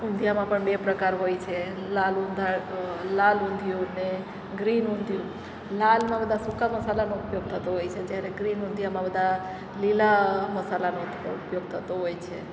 ઊંધિયામાં પણ બે પ્રકાર હોય છે લાલ લાલ ઊંધિયું ને ગ્રીન ઊંધિયું લાલમાં બધાં સૂકા મસાલાનો ઉપયોગ થતો હોય છે જ્યારે ગ્રીન ઊંધિયામાં બધા લીલા મસાલાનો ઉપયોગ થતો હોય છે